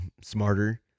smarter